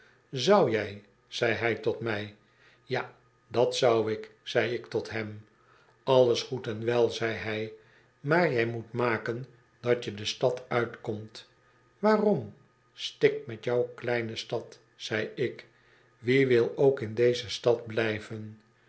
zou jij zei hij tot mij ja dat zou ik zei ik tot hem alles goed en wel zei hij maar jij moet maken dat je de stad uitkomt waarom stik met jou kleine stad zei ik wie wil ook in deze stad blijven